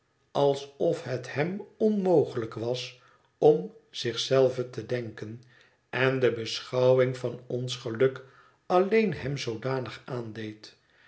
alsof het hem onmogelijk was om zich zelven te denken en de beschouwing van ons geluk alleen hem zoodanig aandeed